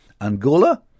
Angola